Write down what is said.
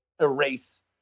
erase